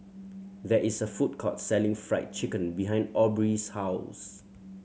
there is a food court selling Fried Chicken behind Aubree's house